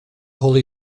holy